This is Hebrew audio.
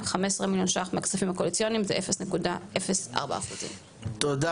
15 מיליון שקלים מהכספים הקואליציוניים זה 0.04%. תודה.